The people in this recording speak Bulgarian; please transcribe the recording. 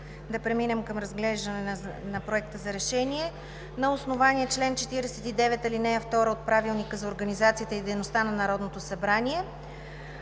да преминем към разглеждане на Проекта за решение, на основание чл. 49, ал. 2 от Правилника за организацията и дейността на Народното събрание